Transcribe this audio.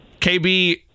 KB